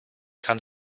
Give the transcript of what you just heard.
kann